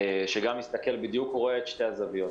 שגם מסתכל ובדיוק רואה את שתי הזוויות.